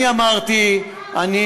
אני אמרתי,